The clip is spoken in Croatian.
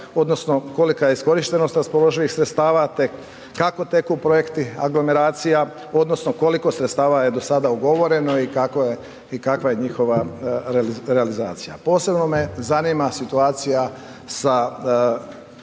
odnosno kolika je iskorištenost raspoloživih sredstava te kako teku projekti aglomeracija, odnosno koliko sredstava je do sada ugovoreno i kakva je njihova realizacija. Posebno me zanima situacija sa